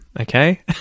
okay